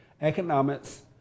economics